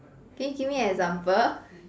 can you give me an example